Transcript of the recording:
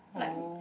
like